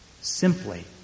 Simply